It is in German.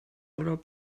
urlaub